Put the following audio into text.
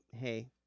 hey